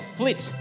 flit